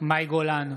מאי גולן,